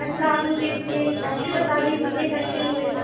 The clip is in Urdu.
اچھا آپ مجھے اِس کے پیسے بتادیں کتنے پیسے ہوئے